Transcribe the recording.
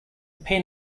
pen